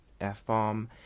f-bomb